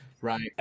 right